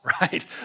Right